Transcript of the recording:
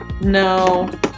No